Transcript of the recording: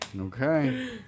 okay